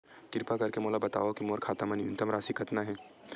किरपा करके मोला बतावव कि मोर खाता मा न्यूनतम राशि कतना हे